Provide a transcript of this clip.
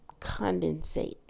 condensate